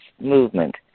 movement